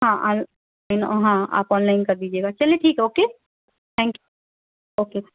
ہاں ہاں آپ آن لائن کر دیجیے گا چلیے ٹھیک ہے اوکے تھینک یو اوکے